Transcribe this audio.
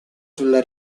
sulla